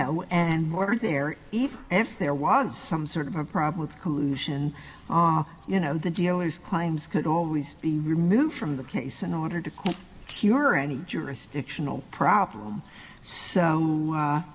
know and worth their even if there was some sort of a problem with collusion you know the dealers claims could always be removed from the case in order to cure or any jurisdictional problem so